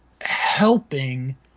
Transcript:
helping